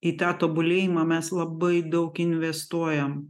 į tą tobulėjimą mes labai daug investuojam